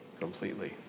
completely